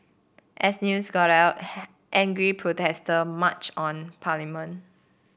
as news got out angry protester marched on parliament